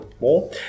more